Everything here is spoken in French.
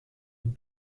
une